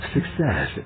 Success